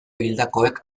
hildakoek